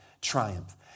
triumph